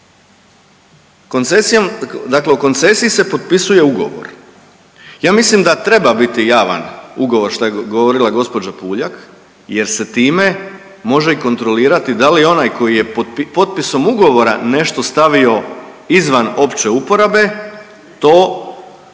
dakle u koncesiji se potpisuje ugovor. Ja mislim da treba biti javan ugovor šta je govorila gospođa Puljak jer se time može i kontrolirati da li je onaj koji je potpisom ugovora nešto stavio izvan opće uporabe to poštuje.